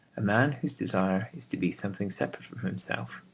a man whose desire is to be something separate from himself,